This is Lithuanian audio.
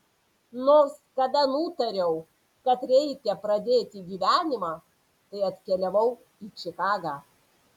nors kada nutariau kad reikia pradėti gyvenimą tai atkeliavau į čikagą